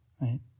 Right